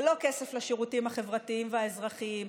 ללא כסף לשירותים החברתיים והאזרחיים,